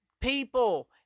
people